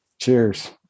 Cheers